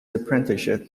apprenticeship